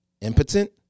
impotent